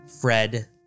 Fred